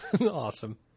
Awesome